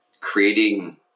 creating